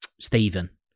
Stephen